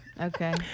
Okay